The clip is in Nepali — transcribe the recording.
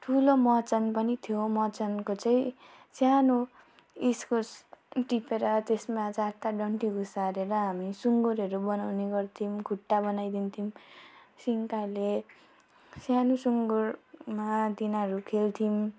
ठुलो मचान पनि थियो मचानको चाहिँ सानो इस्कुस टिपेर त्यसमा चारवटा डन्ठी घुसारेर हामी सुँगुहरू बनाउने गर्थ्यौँ खुट्टा बनाइदिन्थ्यौँ सिन्काले सानो सुँगुरमा तिनीहरू खेल्थ्यौँ